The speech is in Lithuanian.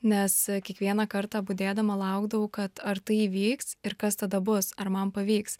nes kiekvieną kartą budėdama laukdavau kad ar tai įvyks ir kas tada bus ar man pavyks